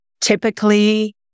Typically